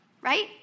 Right